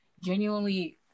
genuinely